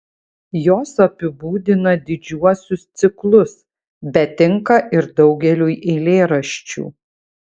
jos apibūdina didžiuosius ciklus bet tinka ir daugeliui eilėraščių